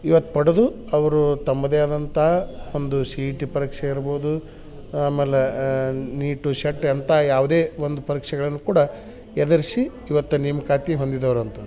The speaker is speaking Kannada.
ಇವತ್ ಪಡ್ದು ಅವ್ರು ತಮ್ಮದೇ ಆದಂತ ಒಂದು ಸಿಇಟಿ ಪರೀಕ್ಷೆ ಇರ್ಬೋದು ಆಮೇಲೆ ನೀಟು ಶಟ್ ಎಂತ ಯಾವುದೇ ಒಂದು ಪರೀಕ್ಷೆಗಳನ್ನ ಕೂಡ ಎದ್ರಸಿ ಇವತ್ತ ನೇಮಕಾತಿ ಹೊಂದಿದವ್ರು ಅಂಥವ್ರು